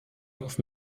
auf